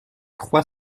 trois